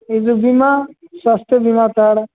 ଏଇ ଯୋଉ ବୀମା ସ୍ୱାସ୍ଥ୍ୟ ବୀମା କାର୍ଡ଼୍